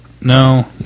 No